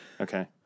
Okay